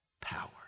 power